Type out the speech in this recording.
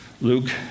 Luke